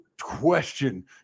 question